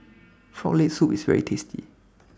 Frog Leg Soup IS very tasty